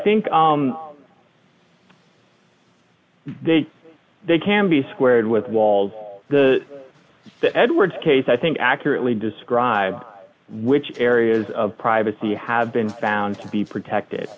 think they they can be squared with wall the the edward case i think accurately describe which areas of privacy have been found to be protected